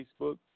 Facebook